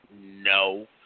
No